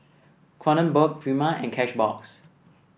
Kronenbourg Prima and Cashbox